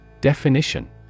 Definition